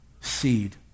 Seed